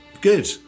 Good